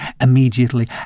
Immediately